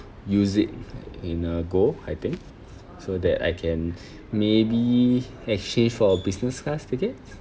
use it in a go I think so that I can maybe exchange for a business class ticket